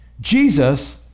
Jesus